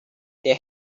they